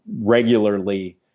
regularly